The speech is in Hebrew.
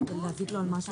אני נועל את הישיבה.